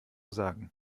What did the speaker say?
sagen